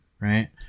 right